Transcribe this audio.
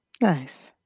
Nice